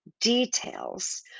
details